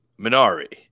Minari